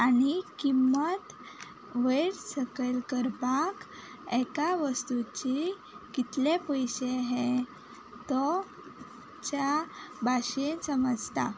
आनी किमत वयर सकयल करपाक एका वस्तुची कितले पयशे हे तो च्या भाशेंत समजता